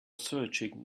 searching